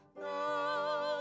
no